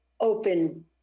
open